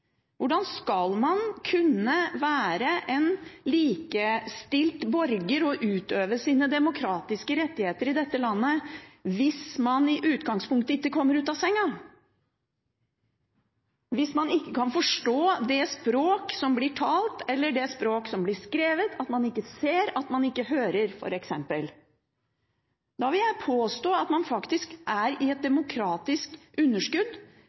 Hvordan skal man kunne være en likestilt borger og utøve sine demokratiske rettigheter i dette landet hvis man i utgangspunktet ikke kommer ut av senga, hvis man ikke kan forstå det språk som blir talt, eller det språk som blir skrevet, at man f.eks. ikke ser eller hører? Da vil jeg påstå at man faktisk er i et demokratisk underskudd